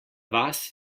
vas